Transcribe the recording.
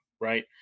Right